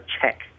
check